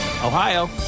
Ohio